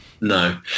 No